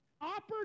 Opportunity